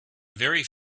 very